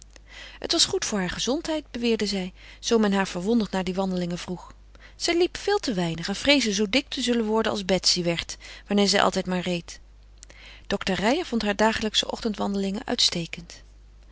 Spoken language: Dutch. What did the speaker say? het was goed voor haar gezondheid beweerde zij zoo men haar verwonderd naar die wandelingen vroeg zij liep veel te weinig en vreesde zoo dik te zullen worden als betsy werd wanneer zij altijd maar reed dokter reijer vond haar dagelijksche ochtendwandelingen uitstekend